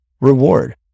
reward